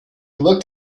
looked